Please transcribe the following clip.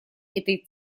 этой